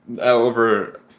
over